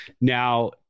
Now